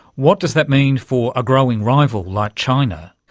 what does that mean for a growing rival like china?